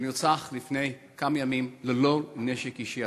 שנרצח לפני כמה ימים ללא נשק אישי.